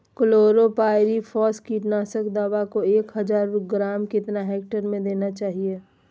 Chlorpyrifos कीटनाशक दवा को एक हज़ार ग्राम कितना हेक्टेयर में देना चाहिए?